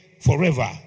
forever